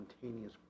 spontaneous